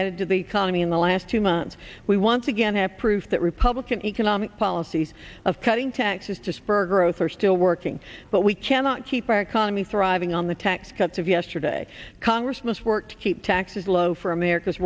added to the economy in the last two months we once again have proof that republican economic policies of cutting taxes to spur growth are still working but we cannot keep our economy thriving on the tax cuts of yesterday congress must work to keep taxes low for america's